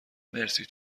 مرسی